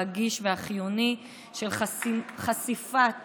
הרגיש והחיוני: חשיפת